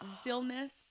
stillness